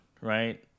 right